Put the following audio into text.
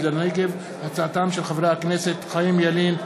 של חברי הכנסת חיים ילין,